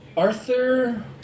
Arthur